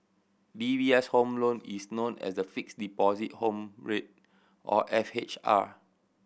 D B S Home Loan is known as the Fixed Deposit Home Rate or F H R